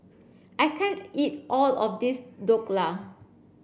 I can't eat all of this Dhokla